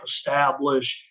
establish